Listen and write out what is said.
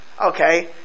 Okay